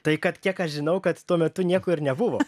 tai kad kiek aš žinau kad tuo metu nieko ir nebuvo